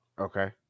Okay